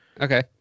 Okay